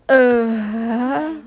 err !huh!